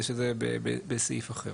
שזה בסעיף אחר.